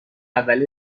اول